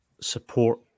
support